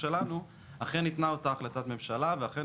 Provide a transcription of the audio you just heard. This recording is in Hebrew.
התייחסותנו ניתנה החלטת הממשלה האמורה